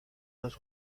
dos